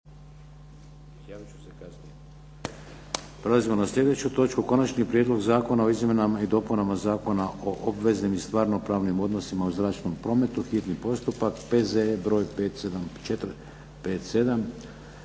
Prelazimo na slijedeću točku –- Konačni prijedlog Zakona o izmjenama i dopunama Zakona o obveznim i stvarnopravnim odnosima u zračnom prometu, hitni postupak, prvo i